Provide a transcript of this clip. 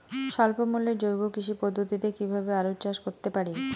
স্বল্প মূল্যে জৈব কৃষি পদ্ধতিতে কীভাবে আলুর চাষ করতে পারি?